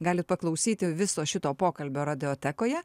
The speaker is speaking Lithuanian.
galit paklausyti viso šito pokalbio radiotekoje